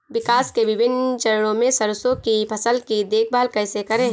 विकास के विभिन्न चरणों में सरसों की फसल की देखभाल कैसे करें?